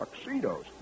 tuxedos